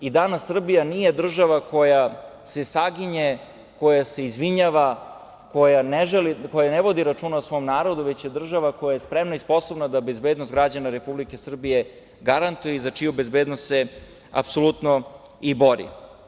Danas Srbija nije država koja se saginje, koja se izvinjava, koja ne vodi računa o svom narodu, već je država koja je spremna i sposobna da bezbednost građana Republike Srbije garantuje i za čiju bezbednost se apsolutno i bori.